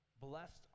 Blessed